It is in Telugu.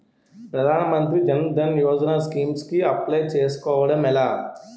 ప్రధాన మంత్రి జన్ ధన్ యోజన స్కీమ్స్ కి అప్లయ్ చేసుకోవడం ఎలా?